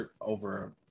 over